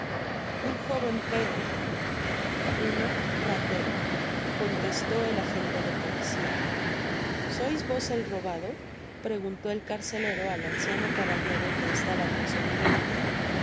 un jóven i ratero contestó el agente de policia sois vos el robado preguntó el carcelero al anciano caballero que estaba tras oliverio